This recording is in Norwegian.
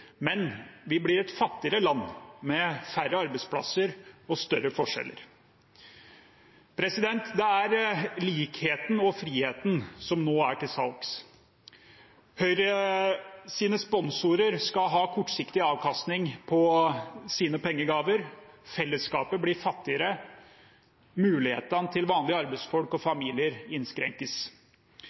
men vi blir et fattigere land med færre arbeidsplasser og større forskjeller. Det er likheten og friheten som nå er til salgs. Høyres sponsorer skal ha kortsiktig avkastning på sine pengegaver. Fellesskapet blir fattigere. Mulighetene til vanlige arbeidsfolk og familier innskrenkes.